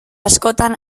askotan